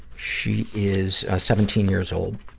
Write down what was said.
she is, ah, seventeen years old.